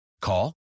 Call